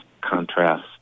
contrast